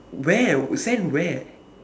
where send where